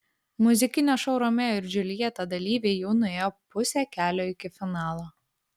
muzikinio šou romeo ir džiuljeta dalyviai jau nuėjo pusę kelio iki finalo